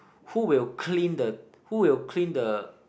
who will clean the who will clean the